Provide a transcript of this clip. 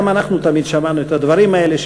גם אנחנו תמיד שמענו את הדברים האלה.